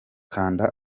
kanda